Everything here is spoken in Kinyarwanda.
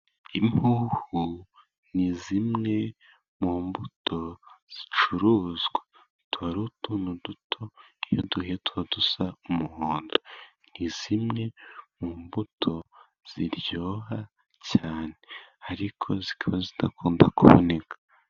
Impuhu ni zimwe mu mbuto zicuruzwa tuba ari utuntu duto dusa umuhondo, ni zimwe mu mbuto ziryoha cyane ariko zikaba zidakunda kuboneka.